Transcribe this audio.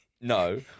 No